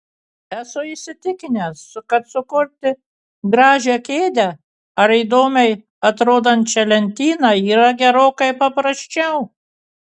esu įsitikinęs kad sukurti gražią kėdę ar įdomiai atrodančią lentyną yra gerokai paprasčiau